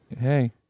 hey